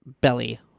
belly